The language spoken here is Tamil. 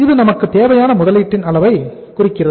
இது நமக்கு தேவையான முதலீட்டின் அளவை குறிக்கிறது